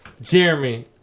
Jeremy